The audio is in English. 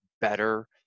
better